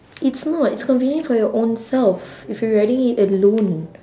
it's not it's convenient for your ownselves if you're riding it alone